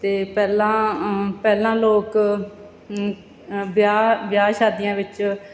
ਅਤੇ ਪਹਿਲਾਂ ਪਹਿਲਾਂ ਲੋਕ ਅ ਵਿਆਹ ਵਿਆਹ ਸ਼ਾਦੀਆਂ ਵਿੱਚ